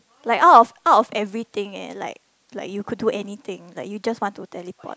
like out of out of everything eh like like you could do anything like you just want to teleport